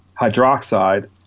hydroxide